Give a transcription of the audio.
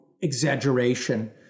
exaggeration